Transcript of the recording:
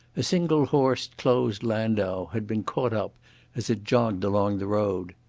a single-horsed closed landau had been caught up as it jogged along the road.